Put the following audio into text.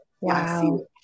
Wow